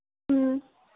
ꯎꯝ